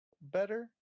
better